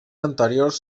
anteriors